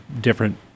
different